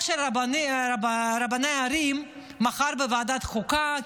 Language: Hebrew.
וגם עם החוק של רבני ערים מחר בוועדת החוקה,